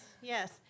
yes